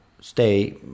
stay